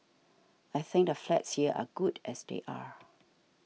I think the flats here are good as they are